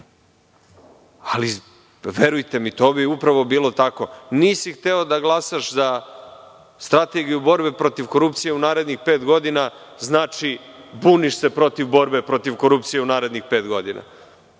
Ali, verujte mi, to bi upravo bilo tako – nisi hteo da glasaš za strategiju borbe protiv korupcije u narednih pet godina, znači, buniš se protiv borbe protiv korupcije u narednih pet godina.